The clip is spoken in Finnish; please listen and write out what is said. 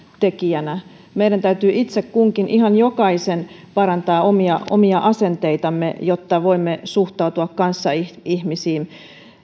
tekijänä meidän täytyy itse kunkin ihan jokaisen parantaa omia omia asenteitamme jotta voimme suhtautua kanssaihmisiin